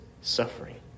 suffering